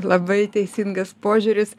labai teisingas požiūris